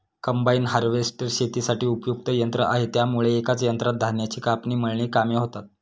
combine harvester शेतीसाठी उपयुक्त यंत्र आहे त्यामुळे एकाच यंत्रात धान्याची कापणी, मळणी कामे होतात